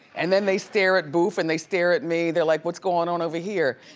and then they stare at boof and they stare at me. they're like, what's going on over here?